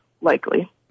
likely